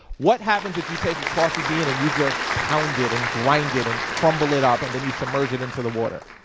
what happens if you take a coffee bean and you just pound it and grind it and crumble it up and then you submerge it into the water?